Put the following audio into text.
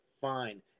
Fine